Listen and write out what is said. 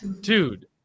Dude